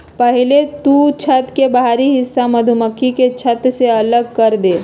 पहले तु छत्त के बाहरी हिस्सा मधुमक्खी के छत्त से अलग करदे